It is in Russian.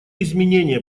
изменения